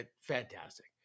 fantastic